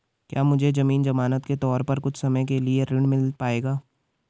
क्या मुझे ज़मीन ज़मानत के तौर पर कुछ समय के लिए ऋण मिल पाएगा?